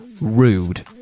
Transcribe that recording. Rude